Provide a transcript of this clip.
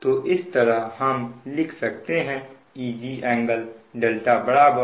तो इस तरह हम लिख सकते हैं Eg∟δ बराबर